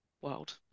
world